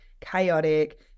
chaotic